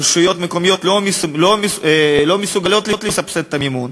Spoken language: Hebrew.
הרשויות המקומיות לא מסוגלות לסבסד את המימון.